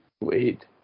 Wait